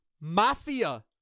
Mafia